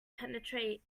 penetrate